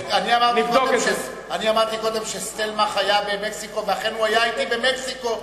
אני אמרתי קודם שסטלמך היה במקסיקו ואכן הוא היה אתי במקסיקו,